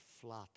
flat